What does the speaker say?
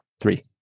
three